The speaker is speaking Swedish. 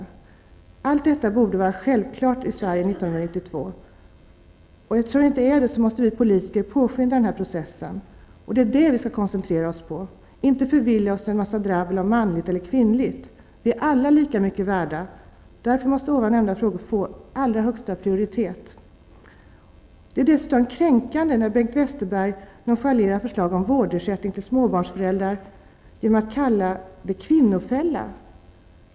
Allt detta borde, som sagt, vara en självklar verklighet i Sverige 1992, och eftersom det inte är det, måste vi politiker påskynda processen. Det är det som vi skall koncentrera oss på, inte förvilla oss i en massa dravel om manligt eller kvinnligt. Vi är alla lika mycket värda, och därför måste här nämnda frågor få högsta prioritet. Det är dessutom kränkande när Bengt Westerberg nonchalerar förslag om vårdnadsersättning till småbarnsföräldrar genom att kalla en sådan för kvinnofälla.